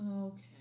Okay